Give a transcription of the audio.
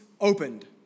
opened